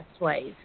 ways